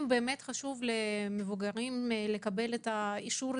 אם חשוב למבוגרים לקבל את האישור,